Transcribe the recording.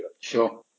Sure